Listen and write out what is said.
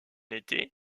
été